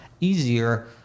easier